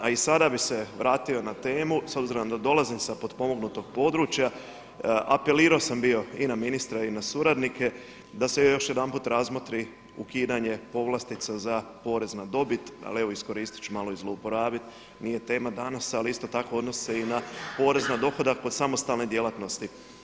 Tada, a i sada bih se vratio na temu, s obzirom da dolazim s potpomognutog područja, apelirao sam bio i na ministra i na suradnike, da se još jedanput razmotri ukidanje povlastica za porez na dobit, ali evo iskoristit ću malo i zlouporabiti, nije tema danas, ali isto tako odnosi se i na porez na dohodak od samostalne djelatnosti.